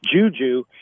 Juju